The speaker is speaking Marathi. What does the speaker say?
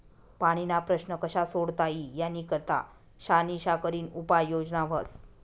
पाणीना प्रश्न कशा सोडता ई यानी करता शानिशा करीन उपाय योजना व्हस